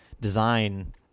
design